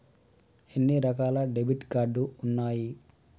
ఎన్ని రకాల debit card ఉన్నాయి?